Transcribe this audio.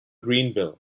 greenville